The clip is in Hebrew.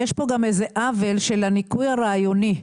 יש כאן איזשהו עוול של הניכוי הרעיוני.